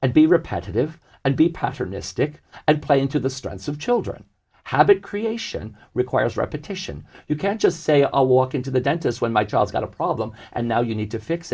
and be repetitive and be pattern a stick and play into the strengths of children how that creation requires repetition you can't just say i walk into the dentist when my child's got a problem and now you need to fix